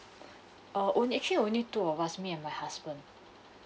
uh only actually only two of us me and my husband